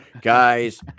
guys